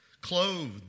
clothed